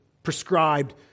prescribed